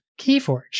Keyforge